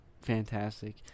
fantastic